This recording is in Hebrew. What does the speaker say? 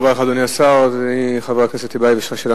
ואני כרגע אומר את זה בסימן שאלה,